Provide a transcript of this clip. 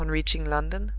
on reaching london,